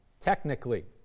technically